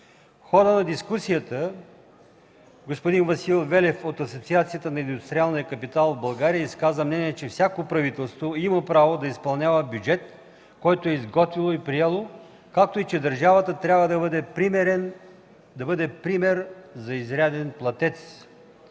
хода на дискусията Васил Велев от Асоциацията на индустриалния капитал в България изказа мнение, че всяко правителство има правото да изпълнява бюджет, който е изготвило и приело, както и че държавата трябва да бъде пример за изряден платец.